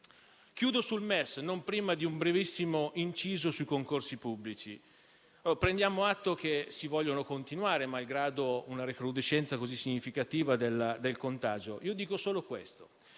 Chiudo sul MES, non prima di un brevissimo inciso sui concorsi pubblici. Prendiamo atto che si vogliono continuare, malgrado una recrudescenza così significativa del contagio. Dico solo questo: